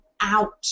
out